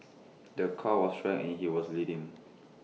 the car was wrecked and he was bleeding